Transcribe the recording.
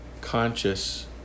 conscious